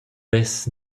vess